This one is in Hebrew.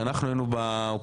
כשאנחנו היינו באופוזיציה,